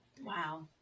Wow